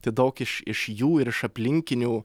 tai daug iš iš jų ir iš aplinkinių